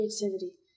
creativity